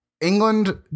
England